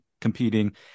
competing